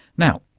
now,